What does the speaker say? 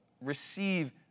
receive